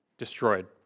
destroyed